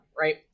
right